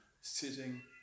sitting